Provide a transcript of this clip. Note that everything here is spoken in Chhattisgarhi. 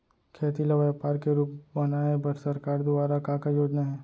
खेती ल व्यापार के रूप बनाये बर सरकार दुवारा का का योजना हे?